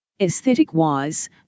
Aesthetic-wise